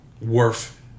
worth